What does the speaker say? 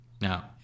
Now